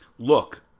Look